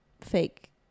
fake